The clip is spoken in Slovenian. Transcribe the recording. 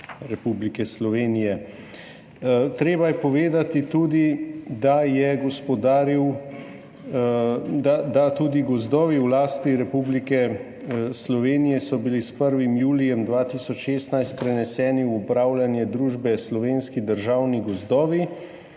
Republike Slovenije. Treba je povedati tudi to, da so bili tudi gozdovi v lasti Republike Slovenije s 1. julijem 2016 preneseni v upravljanje družbi Slovenski državni gozdovi